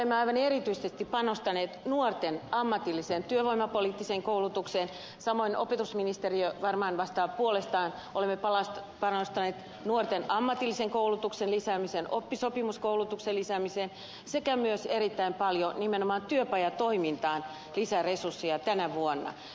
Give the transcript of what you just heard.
olemme aivan erityisesti panostaneet nuorten ammatilliseen työvoimapoliittiseen koulutukseen samoin opetusministeriö varmaan vastaa puolestaan olemme panostaneet nuorten ammatillisen koulutuksen lisäämiseen oppisopimuskoulutuksen lisäämiseen sekä myös erittäin paljon nimenomaan työpajatoimintaan lisäresursseja tänä vuonna